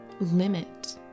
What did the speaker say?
limit